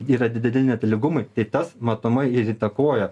yra dideli netolygumai tai tas matomai ir įtakojo